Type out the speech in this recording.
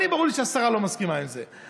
לי ברור שהשרה לא מסכימה עם זה,